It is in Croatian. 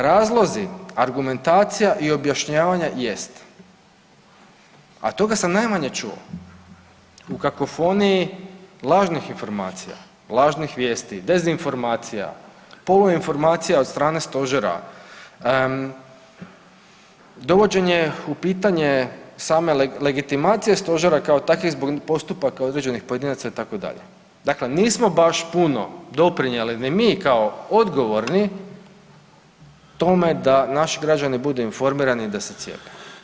Razlozi, argumentacija i objašnjavanje jest, a toga sam najmanje čuo u kakofoniji lažnih informacija, lažnih vijesti, dezinformacija, poluinformacija od strane stožera, dovođenje u pitanje same legitimacije stožera kao takve zbog postupaka određenih pojedinaca itd., dakle nismo baš puno doprinijeli ni mi kao odgovorni tome da naši građani budu informirani i da se cijepe.